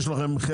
השמאים,